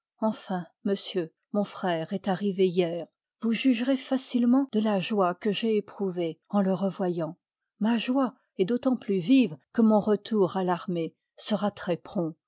enfin monsieur mon frère est arrivé hier yous jugerez facilement de la joie que j'ai éprouvée en le revoyant ma joie est d'autant plus vive que mon retour à l'armée sera